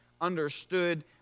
understood